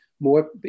more